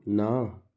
ਨਾ